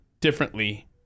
differently